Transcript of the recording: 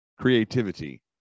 creativity